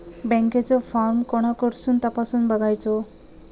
बँकेचो फार्म कोणाकडसून तपासूच बगायचा?